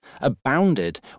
abounded